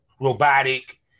robotic